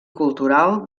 cultural